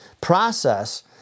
process